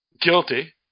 guilty